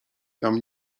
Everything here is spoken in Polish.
tam